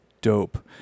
dope